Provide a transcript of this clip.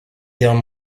guerres